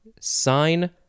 sign